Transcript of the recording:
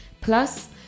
Plus